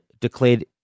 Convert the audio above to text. declared